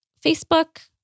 Facebook